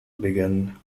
began